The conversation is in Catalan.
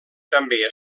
també